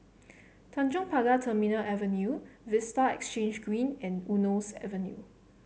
Tanjong Pagar Terminal Avenue Vista Exhange Green and Eunos Avenue